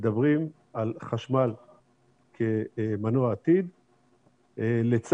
מדברים על חשמל כמנוע העתיד לצד,